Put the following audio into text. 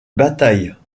bataille